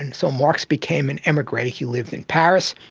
and so marx became an emigre, he lived in paris.